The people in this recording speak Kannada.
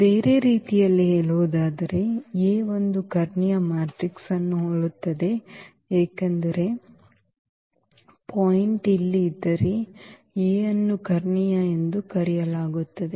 ಬೇರೆ ರೀತಿಯಲ್ಲಿ ಹೇಳುವುದಾದರೆ A ಒಂದು ಕರ್ಣೀಯ ಮ್ಯಾಟ್ರಿಕ್ಸ್ ಅನ್ನು ಹೋಲುತ್ತದೆ ಏಕೆಂದರೆ ಪಾಯಿಂಟ್ ಇಲ್ಲಿ ಇದ್ದರೆ A ಅನ್ನು ಕರ್ಣೀಯ ಎಂದು ಕರೆಯಲಾಗುತ್ತದೆ